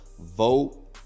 vote